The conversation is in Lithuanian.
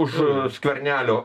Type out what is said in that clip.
už skvernelio